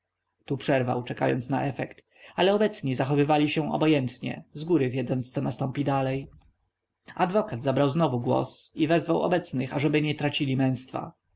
tu przerwał czekając na efekt ale obecni zachowywali się obojętnie zgóry wiedząc co nastąpi dalej adwokat zabrał znowu głos i wezwał obecnych ażeby nie tracili męstwa